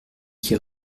qui